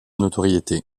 notoriété